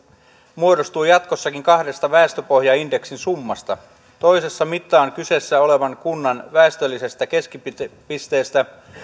muodostuu jatkossakin kahdesta väestöpohjaindeksin summasta toisessa mitataan kyseessä olevan kunnan väestöllisestä keskipisteestä